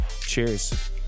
Cheers